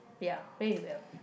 ya